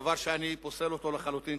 דבר שאני פוסל אותו לחלוטין,